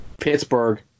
Pittsburgh